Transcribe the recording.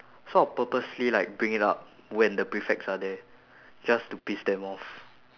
so I'll purposely like bring it up when the prefects are there just to piss them off